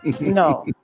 No